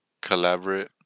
Collaborate